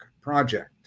project